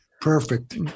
Perfect